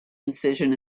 incision